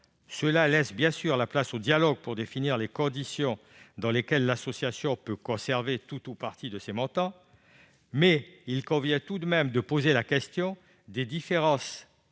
cela laisse la place au dialogue pour définir les conditions dans lesquelles l'association peut conserver « tout ou partie » de ces montants. Il convient tout de même de poser la question des différences